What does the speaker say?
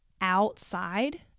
outside